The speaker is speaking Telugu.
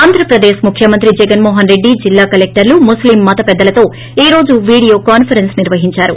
ఆంధ్రప్రదేశ్ ముఖ్యమంత్రి జగన్మోహన్రెడ్డి జిల్లా కలెక్టర్లు ముస్లిం మతపిద్గలతో ఈ రోజు వీడియో కాన్సరెస్స్ నిర్వహించారు